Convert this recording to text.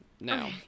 now